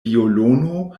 violono